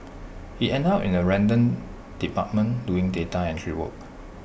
he ended up in A random department doing data entry work